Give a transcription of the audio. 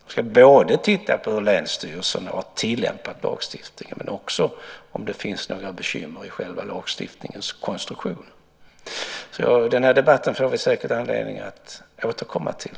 De ska både titta på hur länsstyrelserna har tillämpat lagstiftningen och om det finns några bekymmer i lagstiftningens själva konstruktion. Den här debatten får vi säkert anledning att återkomma till.